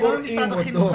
אני לא משרד החינוך,